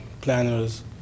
planners